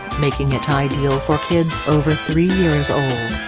making it ideal for kids over three years old.